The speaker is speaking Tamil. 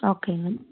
ஓகேங்க